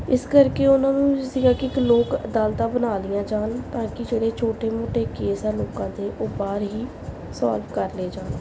ਇਸ ਕਰਕੇ ਉਹਨਾਂ ਨੂੰ ਸੀਗਾ ਕਿ ਇੱਕ ਲੋਕ ਅਦਾਲਤਾਂ ਬਣਾ ਲਈਆ ਜਾਣ ਤਾਂ ਕਿ ਜਿਹੜੇ ਛੋਟੇ ਮੋਟੇ ਕੇਸ ਆ ਲੋਕਾਂ 'ਤੇ ਉਹ ਬਾਹਰ ਹੀ ਸੋਲਵ ਕਰ ਲਏ ਜਾਣ